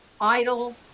idle